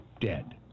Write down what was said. dead